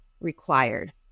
required